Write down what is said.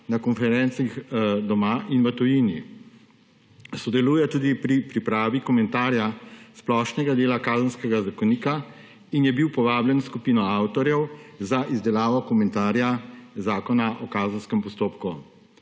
na konferencah doma in v tujini. Sodeluje tudi pri pripravi komentarja splošnega dela Kazenskega zakonika in je bil povabljen v skupino avtorjev za izdelavo komentarja Zakona o kazenskem postopku.